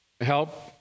help